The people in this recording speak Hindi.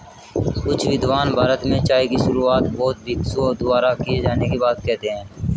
कुछ विद्वान भारत में चाय की शुरुआत बौद्ध भिक्षुओं द्वारा किए जाने की बात कहते हैं